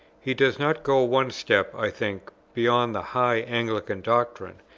he does not go one step, i think, beyond the high anglican doctrine,